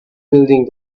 building